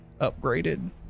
upgraded